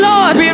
Lord